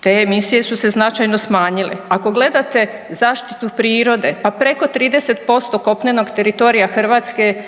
te emisije su se značajno smanjile, ako gledate zaštitu prirode pa preko 30% kopnenog teritorija Hrvatske